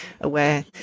aware